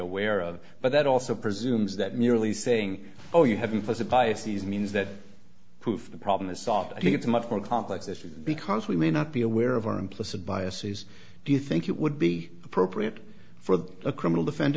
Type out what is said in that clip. aware of but that also presumes that merely saying oh you haven't has a bias these means that prove the problem is solved i think it's much more complex issue because we may not be aware of our implicit biases do you think it would be appropriate for a criminal defend